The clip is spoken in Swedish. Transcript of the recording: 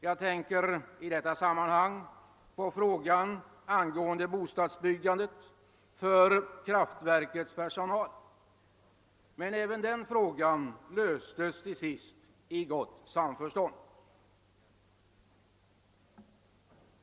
Jag tänker i detta sammanhang på frågan angående bostadsbyggandet för kraftverkets personal, men även den frågan löstes till sist, i gott samförstånd.